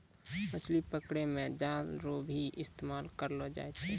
मछली पकड़ै मे जाल रो भी इस्तेमाल करलो जाय छै